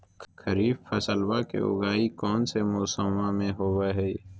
खरीफ फसलवा के उगाई कौन से मौसमा मे होवय है?